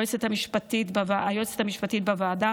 היועצת המשפטית בוועדה,